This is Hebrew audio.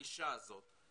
עוד פעם,